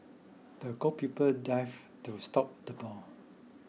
the goalkeeper dived to stop the ball